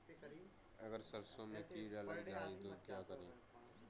अगर सरसों में कीड़ा लग जाए तो क्या करें?